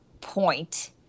point